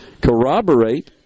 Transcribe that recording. corroborate